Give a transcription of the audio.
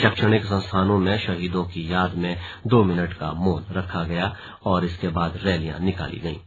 शैक्षणिक संस्थानों में शहीदों की याद में दो मिनट का मौन रखा गया और इसके बाद रैलियां निकाली गईं